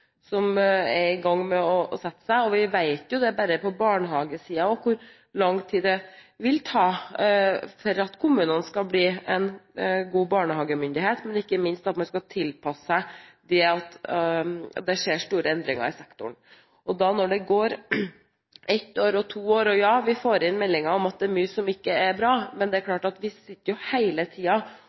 som var i ferd med å sette seg. Vi vet jo bare fra barnehagesiden hvor lang tid det vil ta før kommunene blir en god barnehagemyndighet, og ikke minst at man skal tilpasse seg det at det skjer store endringer i sektoren. Det går ett år, to år – og vi får inn meldinger om at det er mye som ikke er bra – men det er klart at vi hele tiden sitter